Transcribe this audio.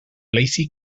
lacey